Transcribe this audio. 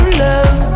love